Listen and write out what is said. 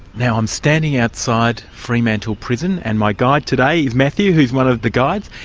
now i'm standing outside fremantle prison and my guide today is matthew, who's one of the guides,